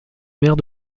maire